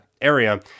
area